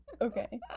Okay